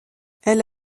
elle